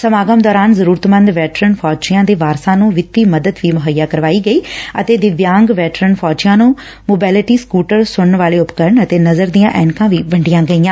ਸਮਾਗਮ ਦੌਰਾਨ ਜ਼ਰੁਰਤਮੰਦ ਵੈਟਰਨ ਫੌਜੀਆਂ ਦੇ ਵਾਰਸਾਂ ਨੂੰ ਵਿੱਤੀ ਮਦਦ ਵੀ ਮੁਹੱਈਆ ਕਰਾਈ ਗਈ ਅਤੇ ਦਿਵਿਆਂਗ ਵੈਟਰਨ ਫੌਜੀਆਂ ਨੂੰ ਮੋਬਿਲਟੀ ਸਕੁਟਰ ਸਣਨ ਵਾਲੇ ਉਪਕਰਨ ਅਤੇ ਨਜ਼ਰ ਦੀਆਂ ਐਨਕਾਂ ਵੀ ਵੰਡੀਆਂ ਗਈਆਂ